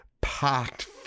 packed